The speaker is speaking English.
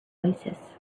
oasis